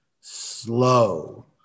slow